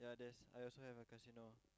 yeah there's I also have a casino